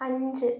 അഞ്ച്